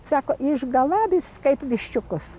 sako išgalabys kaip viščiukus